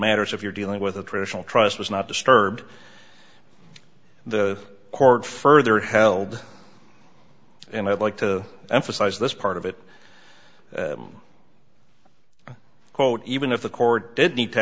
matters if you're dealing with a traditional trust was not disturbed the court further held and i'd like to emphasize this part of it quote even if the court did need to